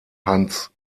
hans